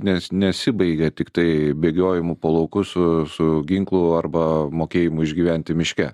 nes nesibaigia tiktai bėgiojimu po laukus a su ginklu arba mokėjimu išgyventi miške